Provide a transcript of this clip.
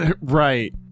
Right